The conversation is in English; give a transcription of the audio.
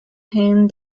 whom